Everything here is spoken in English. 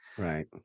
Right